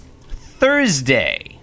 Thursday